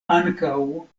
ankaŭ